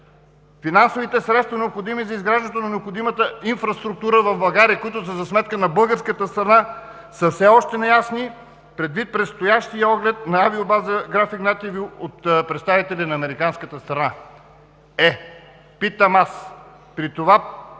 Финансовите средства, необходими за изграждането на необходимата инфраструктура в България, които са за сметка на българската страна са все още неясни предвид предстоящия оглед на авиобаза „Граф Игнатиево“ от представители на американската страна. Е, питам аз: при това